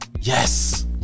yes